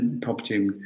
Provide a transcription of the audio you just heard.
property